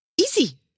easy